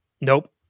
Nope